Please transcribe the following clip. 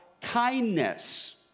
kindness